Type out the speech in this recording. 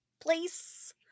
place